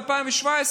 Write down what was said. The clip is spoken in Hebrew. ב-2017,